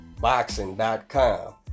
boxing.com